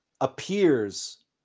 appears